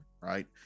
right